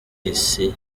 isi